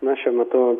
na šiuo metu